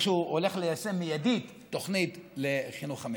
שהוא הולך ליישם מיידית תוכנית לחינוך המיוחד.